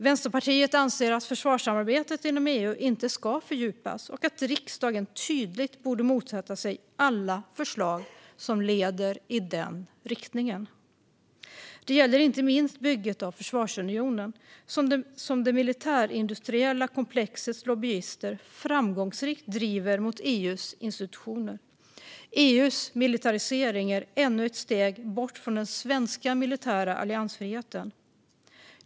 Vänsterpartiet anser att försvarssamarbetet inom EU inte ska fördjupas och att riksdagen tydligt borde motsätta sig alla förslag som leder i den riktningen. Det gäller inte minst bygget av försvarsunionen som det militärindustriella komplexets lobbyister framgångsrikt driver mot EU:s institutioner. EU:s militarisering är ännu ett steg bort från den svenska militära alliansfriheten.